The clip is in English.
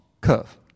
curve